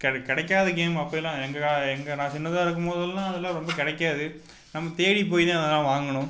கெடைக் கிடைக்காத கேம் அப்போல்லாம் எங்க எங்கள் நான் சின்னதாக இருக்கும்போதெல்லாம் அதெல்லாம் ரொம்ப கிடைக்காது நம்ம தேடி போய் தான் அதெல்லாம் வாங்கணும்